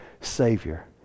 Savior